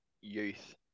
youth